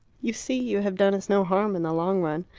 you see, you have done us no harm in the long run.